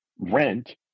rent